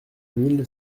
mille